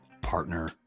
partner